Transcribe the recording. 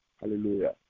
Hallelujah